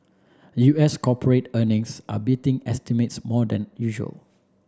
U S corporate earnings are beating estimates more than usual